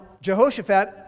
Jehoshaphat